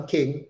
King